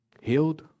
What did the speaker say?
healed